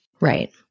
Right